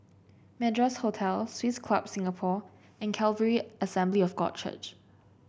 Madras Hotel Swiss Club Singapore and Calvary Assembly of God Church